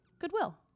goodwill